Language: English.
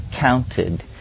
counted